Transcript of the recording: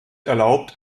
erlaubt